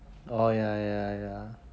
oh ya ya ya